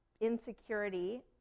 insecurity